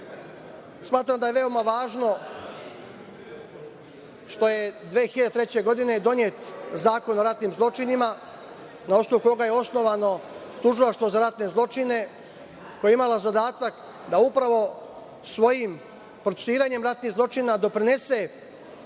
da je veoma važno što je 2003. godine donet Zakon o ratnim zločinima, na osnovu koga je osnovano Tužilaštvo za ratne zločine koji je imala zadatak da upravo svojim procesuiranjem ratnih zločina doprinese